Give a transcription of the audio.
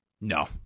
No